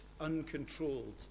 uncontrolled